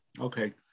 Okay